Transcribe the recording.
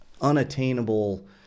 unattainable